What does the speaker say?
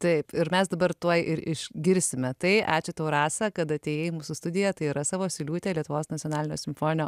taip ir mes dabar tuoj ir išgirsime tai ačiū tau rasa kad atėjai į mūsų studiją tai rasa vosyliūtė lietuvos nacionalinio simfoninio